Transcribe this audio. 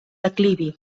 declivi